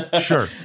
Sure